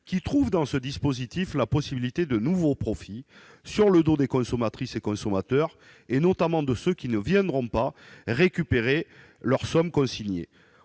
en effet dans ce dispositif la possibilité de nouveaux profits engrangés sur le dos des consommatrices et consommateurs, et notamment de ceux qui ne viendront pas récupérer les sommes consignées.